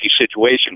situation